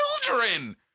Children